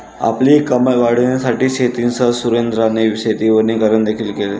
आपली कमाई वाढविण्यासाठी शेतीसह सुरेंद्राने शेती वनीकरण देखील केले